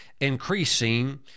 increasing